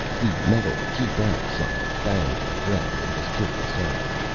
the metal keep out sign banged to the ground and was kicked aside.